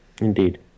Indeed